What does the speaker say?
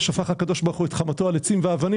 אותו דבר